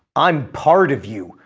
i'm part of you!